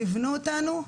כיוונו אותנו,